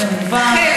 זה מובן.